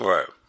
Right